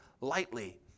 lightly